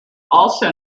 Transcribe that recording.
also